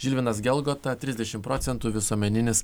žilvinas gelgota trisdešimt procentų visuomeninis